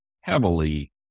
heavily